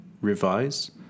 revise